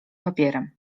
papierem